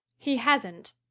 he hasn't.